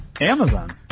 Amazon